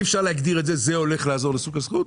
אפשר להגדיר את זה כמה שהולך לעזור לשוק השכירות;